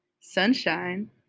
Sunshine